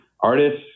artists